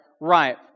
right